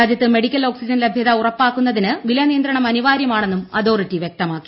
രാജ്യത്ത് medical oxygen ലഭ്യത ഉറപ്പാക്കുന്നതിന് വിലനിയന്ത്രണം അനിവാര്യമാണെന്നും അതോറിറ്റി വ്യക്തമാക്കി